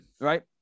Right